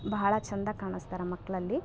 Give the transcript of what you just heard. ಬಹಳ ಚಂದ ಕಾಣ್ಸ್ತಾರೆ ಮಕ್ಕಳಲ್ಲಿ